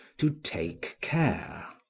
to take care.